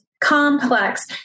complex